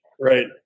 Right